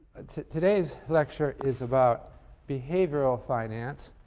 today's lecture is about behavioral finance